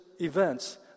events